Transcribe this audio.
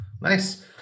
Nice